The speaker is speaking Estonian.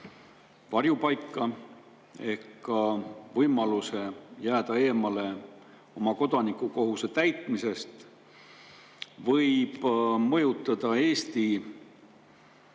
varjupaika ja võimaluse jääda eemale oma kodanikukohuse täitmisest, võib mõjutada Eesti